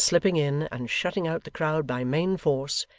then slipping in, and shutting out the crowd by main force,